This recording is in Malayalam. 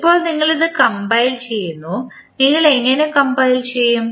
ഇപ്പോൾ നിങ്ങൾ ഇത് കംപൈൽ ചെയ്യുന്നു നിങ്ങൾ എങ്ങനെ കംപൈൽ ചെയ്യും